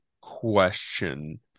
question